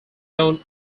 known